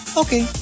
okay